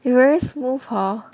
you very smooth hor